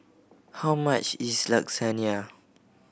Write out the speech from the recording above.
how much is Lasagne